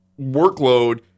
workload